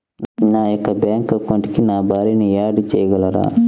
నా యొక్క బ్యాంక్ అకౌంట్కి నా భార్యని యాడ్ చేయగలరా?